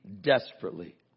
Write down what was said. desperately